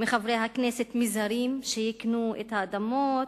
מחברי הכנסת מזרים שיקנו את האדמות,